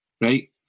right